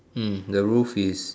hmm the roof is